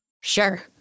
Sure